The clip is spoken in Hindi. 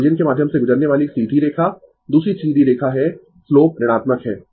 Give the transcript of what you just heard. यह ओरिजिन के माध्यम से गुजरने वाली एक सीधी दूसरी सीधी रेखा है स्लोप ऋणात्मक है